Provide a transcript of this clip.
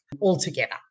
altogether